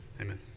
Amen